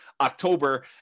October